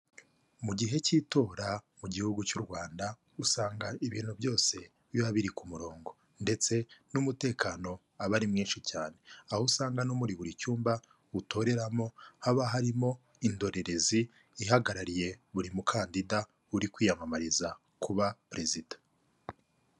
Mu gihe cy'itora mu gihugu cy'u Rwanda, usanga ibintu byose biba biri ku murongo ndetse n'umutekano aba ari mwinshi cyane, aho usanga no muri buri cyumba utoreramo haba harimo indorerezi ihagarariye buri mukandida uri kwiyamamariza kuba perezida.